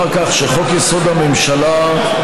אומר כך: חוק-יסוד: הממשלה,